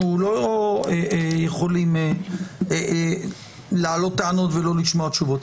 אנחנו לא יכולים להעלות טענות ולא לשמוע תשובות.